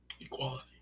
equality